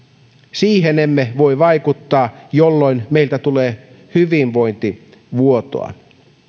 siihen emme voi vaikuttaa jolloin meiltä tulee hyvinvointivuotoa